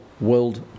world